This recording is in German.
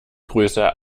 grüße